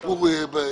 נכון.